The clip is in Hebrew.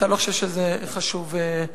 אתה לא חושב שחשוב לקיימם.